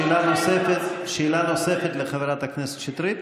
שאלה נוספת לחברת הכנסת שטרית.